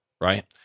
right